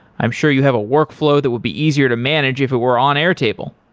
i'm sure you have a workflow that would be easier to manage if it were on airtable.